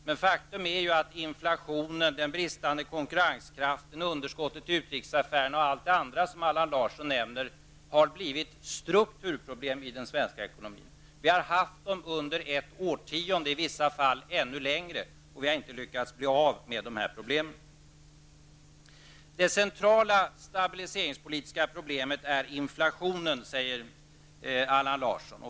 Men faktum är att inflationen, den bristande konkurrenskraften, underskottet i utrikesaffärerna och allt det andra som Allan Larsson nämner har blivit strukturproblem i den svenska ekonomin. Vi har haft dem under ett årtionde och i vissa fall ännu längre, och vi har inte lyckats bli av med problemen. Det centrala stabiliseringspolitiska problemet är inflationen, säger Allan Larsson.